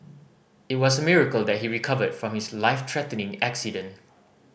it was a miracle that he recovered from his life threatening accident